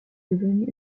devenu